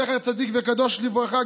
זכר צדיק וקדוש לברכה,